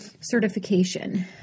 certification